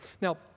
Now